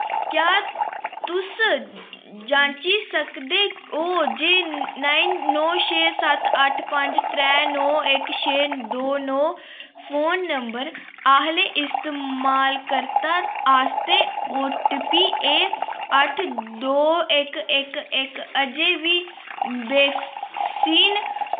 क्या तुस जांची सकदे ओ जे नौ छे सत्त अट्ठ पंज त्रै नौ इक छे दो नौ फोन नम्बर आह्ले इस्तेमाल कर्ता आस्तै ओ टी पी ऐ अट्ठ दो इक इक इक अजें बी बैक्सीन